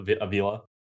Avila